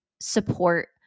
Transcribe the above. support